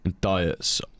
diets